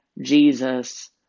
Jesus